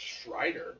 Strider